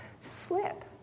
slip